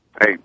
Hey